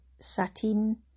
satin